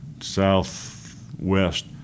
southwest